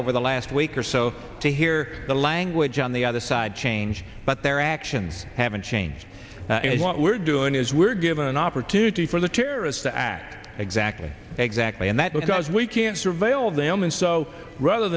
over the last week or so to hear the language on the other side change but their actions haven't changed and what we're doing is we're given an opportunity for the terrorists to act exactly exactly and that because we can't surveil them and so rather